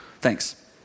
Thanks